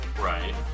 Right